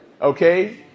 okay